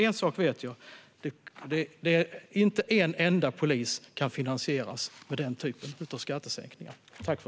En sak vet jag: Inte en enda polis kan finansieras med den typen av skattesänkningar.